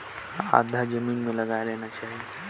मैं हवे कम खर्च कर साग भाजी कइसे लगाव?